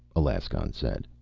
alaskon said.